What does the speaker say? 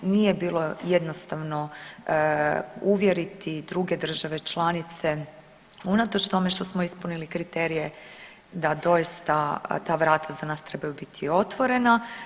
Nije bilo jednostavno uvjeriti druge države članice, unatoč tome što smo ispunili kriterije da doista ta vrata za nas trebaju biti otvorena.